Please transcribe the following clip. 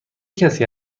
کسی